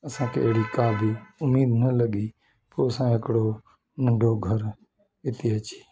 असांखे अहिड़ी का बि उमेद न लॻी पोइ असां हिकिड़ो नंढो घरु हिते अची